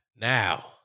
Now